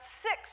six